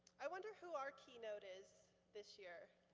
i wonder who our keynote is this year?